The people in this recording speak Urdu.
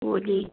وہ جی